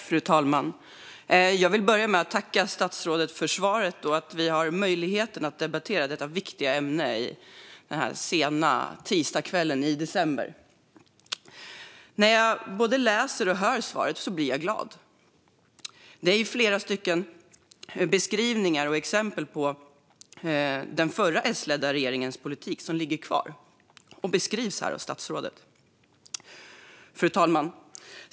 Fru talman! Jag vill börja med att tacka statsrådet för svaret och för möjligheten att debattera detta viktiga ämne denna sena tisdagskväll i december. När jag både läser och hör svaret blir jag glad. Det är flera exempel på den förra, S-ledda regeringens politik som ligger kvar och beskrivs här av statsrådet. Fru talman!